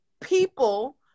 people